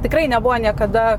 tikrai nebuvo niekada